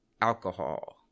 alcohol